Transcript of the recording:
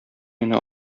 мине